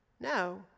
No